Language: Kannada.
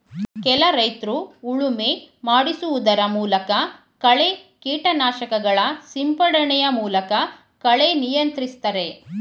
ಕೆಲ ರೈತ್ರು ಉಳುಮೆ ಮಾಡಿಸುವುದರ ಮೂಲಕ, ಕಳೆ ಕೀಟನಾಶಕಗಳ ಸಿಂಪಡಣೆಯ ಮೂಲಕ ಕಳೆ ನಿಯಂತ್ರಿಸ್ತರೆ